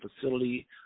facility